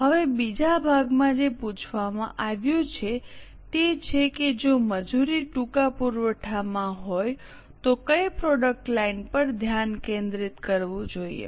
હવે બીજા ભાગમાં જે પૂછવામાં આવ્યું છે તે છે કે જો મજૂરી ટૂંકા પુરવઠામાં હોય તો કઈ પ્રોડક્ટ લાઇન પર ધ્યાન કેન્દ્રિત કરવું જોઈએ